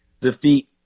defeat